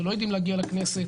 ולא יודעים להגיע לכנסת